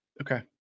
Okay